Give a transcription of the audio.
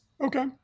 Okay